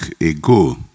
ago